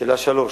שאלה 3,